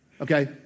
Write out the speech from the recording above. Okay